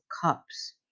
Cups